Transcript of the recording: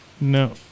No